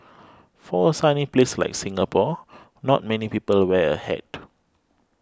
for a sunny place like Singapore not many people wear a hat